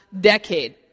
decade